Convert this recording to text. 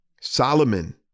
Solomon